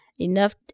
enough